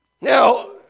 Now